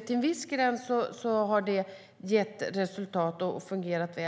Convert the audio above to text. Till en viss gräns har det gett resultat och fungerat väl.